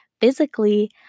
physically